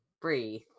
breathe